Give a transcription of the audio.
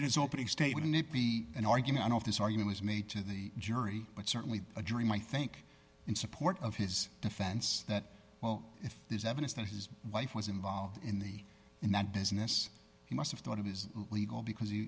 his opening statement it be an argument of this argument is made to the jury but certainly a dream i think in support of his defense that well if there's evidence that his wife was involved in the in that business he must of thought of his legal because he